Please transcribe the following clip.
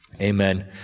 Amen